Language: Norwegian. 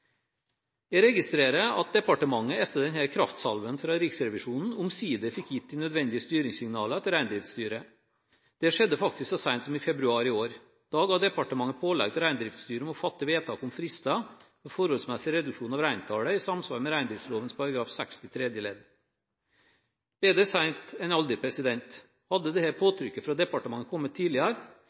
Jeg registrerer at departementet etter denne kraftsalven fra Riksrevisjonen omsider fikk gitt de nødvendige styringssignalene til Reindriftsstyret. Det skjedde faktisk så sent som i februar i år. Da ga departementet pålegg til Reindriftsstyret om å fatte vedtak om frister for forholdsmessig reduksjon av reintallet i samsvar med reindriftsloven § 60 tredje ledd – bedre sent enn aldri. Hadde dette påtrykket fra departementet kommet tidligere,